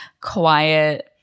quiet